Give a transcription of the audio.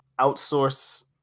outsource